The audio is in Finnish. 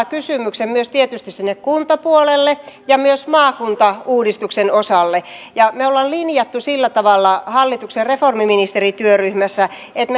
kysymyksen myös tietysti sinne kuntapuolelle ja myös maakuntauudistuksen osalle ja me olemme linjanneet sillä tavalla hallituksen reformiministerityöryhmässä että